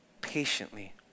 patiently